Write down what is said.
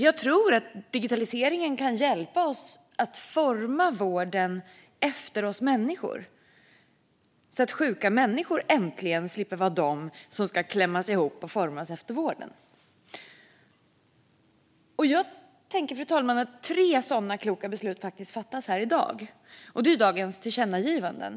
Jag tror att digitaliseringen kan hjälpa oss att forma vården efter oss människor så att sjuka människor äntligen slipper klämmas ihop och formas efter vården. Jag tänker, fru talman, att tre sådana kloka beslut faktiskt fattas här i dag; det handlar om dagens tillkännagivanden.